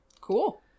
cool